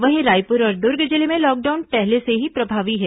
वहीं रायपुर और दुर्ग जिले में लॉकडाउन पहले से ही प्रभावी है